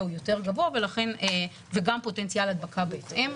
הוא יותר גבוה וגם פוטנציאל הדבקה בהתאם.